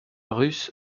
russe